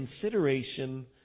consideration